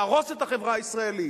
להרוס את החברה הישראלית.